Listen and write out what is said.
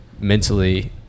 mentally